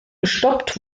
gestoppt